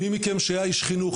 מי מכם שהיה איש חינוך,